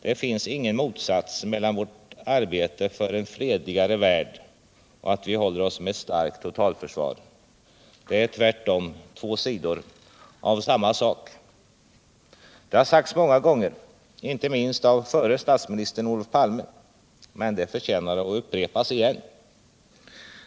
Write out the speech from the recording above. Det finns ingen motsats mellan vårt arbete för en fredligare värld och att vi håller oss med ett starkt totalförsvar. Det är tvärtom två sidor av samma sak. Detta har sagts många gånger, inte minst av förre statsministern Olof Palme, men det förtjänar att uprepas igen.